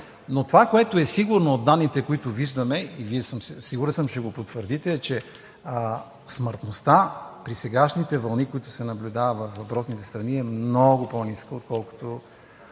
Но това, което е сигурно от данните, които виждаме, и съм сигурен, че ще го потвърдите, е, че смъртността при сегашните вълни, които се наблюдава във въпросните страни, е много по-ниска, отколкото